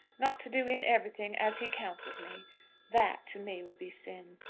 not to do in everything as he counsels me that, to me, would be sin.